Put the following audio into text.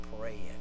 praying